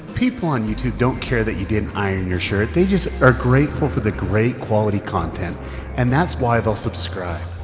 people on youtube don't care that you didn't iron your shirt they just are grateful for the great quality content and that's why they'll subscribe.